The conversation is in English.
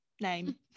name